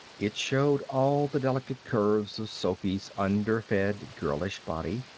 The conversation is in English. it showed all the delicate curves of sophy's under-fed, girlish body,